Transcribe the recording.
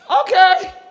Okay